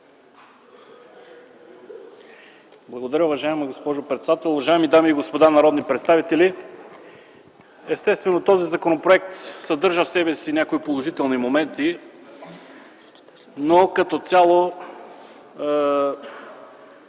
Благодаря Ви. Уважаема госпожо председател, уважаеми дами и господа народни представители! Естествено този законопроект съдържа в себе си някои положителни моменти, но като цяло